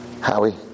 Howie